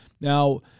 Now